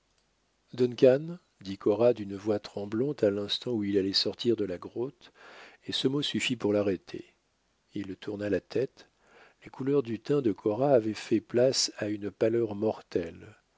dit cora d'une voix tremblante à l'instant où il allait sortir de la grotte et ce mot suffit pour l'arrêter il tourna la tête les couleurs du teint de cora avaient fait place à une pâleur mortelle